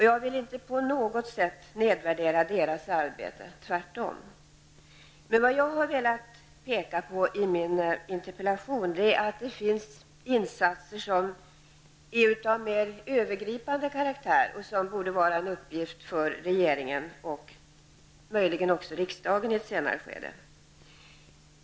Jag vill inte på något sätt nedvärdera deras arbete -- tvärtom -- men vad jag har velat peka på i min interpellation är att det behövs insatser av mera övergripande karaktär, som borde vara en uppgift för regeringen, och i ett senare skede möjligen också för riksdagen.